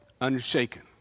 unshaken